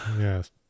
Yes